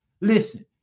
listen